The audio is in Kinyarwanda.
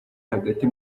hagati